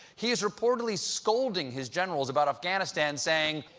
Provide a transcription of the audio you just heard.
he is reportedly scolding his generals about afghanistan, saying,